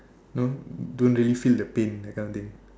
no don't really feel the pain that kind of thing